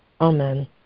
Amen